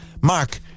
Mark